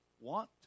want